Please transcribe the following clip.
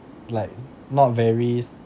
like not very